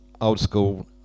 old-school